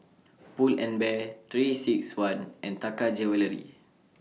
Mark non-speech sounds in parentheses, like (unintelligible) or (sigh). Pull and Bear three six one and Taka (unintelligible)